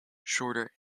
shorter